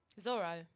Zorro